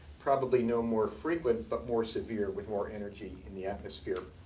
probably no more frequent, but more severe, with more energy in the atmosphere.